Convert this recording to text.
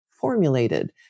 formulated